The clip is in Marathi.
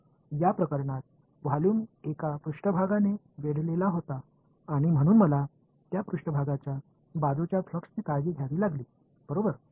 या प्रकरणात व्हॉल्यूम एका पृष्ठभागाने वेढलेला होता आणि म्हणून मला त्या पृष्ठभागाच्या बाजूच्या फ्लक्सची काळजी घ्यावी लागली बरोबर